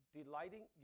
delighting